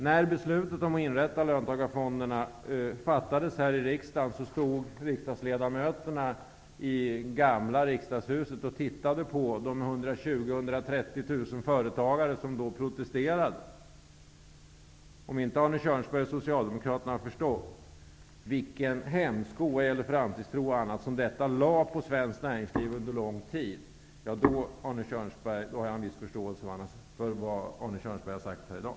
När beslutet om att inrätta löntagarfonderna fattades här i riksdagen, stod riksdagsledamöterna i gamla riksdagshuset och tittade på de 120 000-- Kjörnsberg och Socialdemokraterna inte har förstått vilken hämsko när det gäller framtidstro och annat som detta lade på svenskat näringsliv under lång tid, då har jag en viss förståelse för vad Arne Kjörnsberg har sagt här i dag.